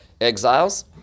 exiles